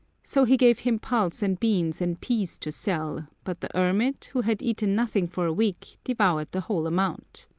so he gave him pulse and beans and peas to sell, but the hermit, who had eaten nothing for a week, devoured the whole amount.